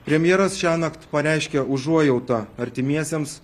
premjeras šiąnakt pareiškė užuojautą artimiesiems